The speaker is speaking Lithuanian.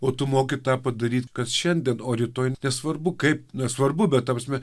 o tu moki tą padaryt kad šiandien o rytoj nesvarbu kaip na svarbu bet ta prasme